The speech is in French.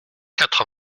quatre